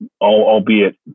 albeit